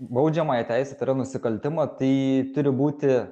baudžiamąją teisę tai yra nusikaltimą tai turi būti